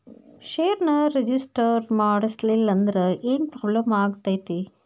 ಷೇರ್ನ ರಿಜಿಸ್ಟರ್ ಮಾಡ್ಸಿಲ್ಲಂದ್ರ ಏನ್ ಪ್ರಾಬ್ಲಮ್ ಆಗತೈತಿ